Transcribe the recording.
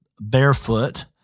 barefoot